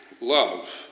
love